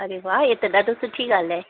अरे वाह हे त ॾाढो सुठी ॻाल्हि आहे